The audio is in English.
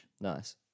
Nice